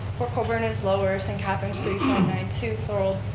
port colborne is lower. st. catharines, three point nine two, thorold,